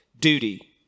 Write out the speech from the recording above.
duty